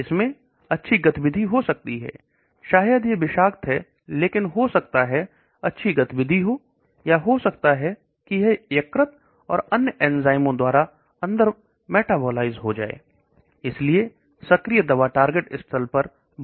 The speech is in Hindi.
इसमें ऐसी गतिविधि हो सकती है शायद यह विषाक्त है लेकिन हो सकता है कि अच्छी गतिविधि हो या हो सकता है कि यह यकृत और अन्य एंजाइमों द्वारा अंदर मेटाबोलाइज्ड हो जाए इसलिए सक्रिय दवा टारगेट स्थल पर बहुत कम हो सकती है